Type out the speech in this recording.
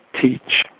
teach